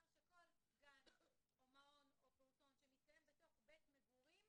שכל גן או מעון או פעוטון שמתקיים בתוך בית מגורים